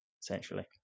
essentially